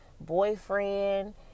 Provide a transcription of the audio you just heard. boyfriend